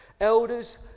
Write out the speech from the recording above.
elders